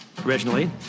originally